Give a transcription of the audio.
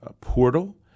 portal